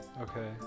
Okay